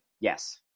Yes